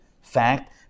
fact